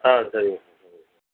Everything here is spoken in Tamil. ஆ அது சரிங்க சார் சரிங்க சார்